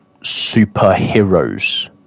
superheroes